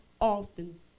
often